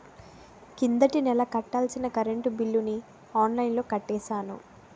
కిందటి నెల కట్టాల్సిన కరెంట్ బిల్లుని ఆన్లైన్లో కట్టేశాను